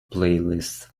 playlist